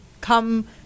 come